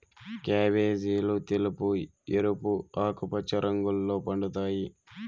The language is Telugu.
క్యాబేజీలు తెలుపు, ఎరుపు, ఆకుపచ్చ రంగుల్లో పండుతాయి